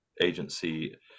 agency